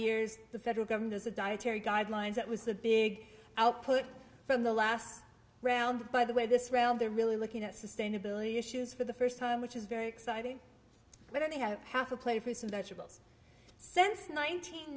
years the federal government has a dietary guidelines that was the big output from the last round by the way this round they're really looking at sustainability issues for the first time which is very exciting but only have half a play for some vegetables since nineteen